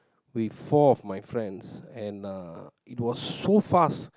with four of my friends and uh it was so fast